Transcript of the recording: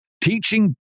teaching